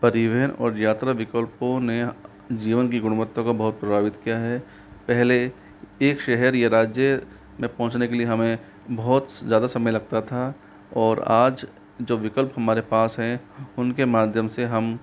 परिवहन और यात्रा विकल्पों ने जीवन की गुणवत्ता को बहुत प्रभावित किया है पहले एक शहर या राज्य में पहुँचने के लिए हमे बहुत ज़्यादा समय लगता था और आज जो विकल्प हमारे पास हैं उनके माध्यम से हम